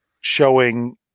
showing